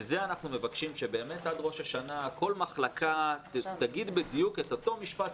וזה אנחנו מבקשים שבאמת עד ראש השנה כל מחלקה תגיד בדיוק את אותו משפט,